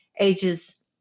ages